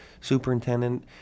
superintendent